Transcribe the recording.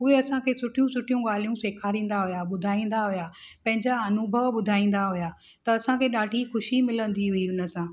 उहे असांखे सुठियूं सुठियूं ॻाल्हियूं सेखारींदा हुआ ॿुधाईंदा हुआ पंहिंजा अनुभव ॿुधाईंदा हुआ त असांखे ॾाढी ख़ुशी मिलंदी हुई हुनसां